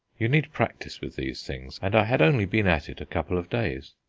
you need practice with these things, and i had only been at it a couple of days.